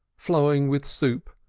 flowing with soup,